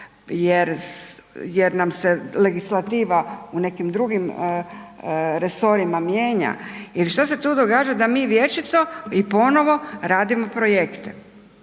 jer nas se legislativa u nekim drugim resorima mijenja, ili što se tu događa da mi vječito i ponovo radimo projekte?